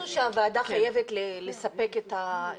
הוועדה חייבת לספק את האמצעים.